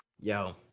Yo